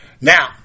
Now